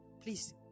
Please